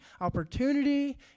opportunity